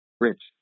Rich